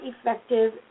effective